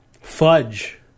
Fudge